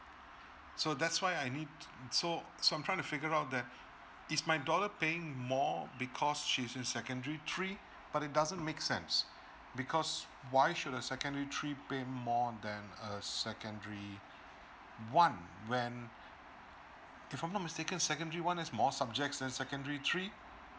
so that's why I need so so I'm trying to figure out that is my daughter paying more because she's in secondary three but it doesn't make sense because why should a secondary three pay more than a secondary one when if I'm not mistaken secondary one is more subjects than secondary three